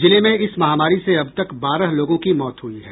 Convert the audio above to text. जिले में इस महामारी से अब तक बारह लोगों की मौत हुई है